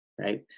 right